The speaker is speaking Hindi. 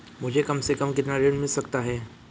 मुझे कम से कम कितना ऋण मिल सकता है?